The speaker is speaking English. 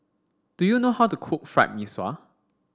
do you know how to cook Fried Mee Sua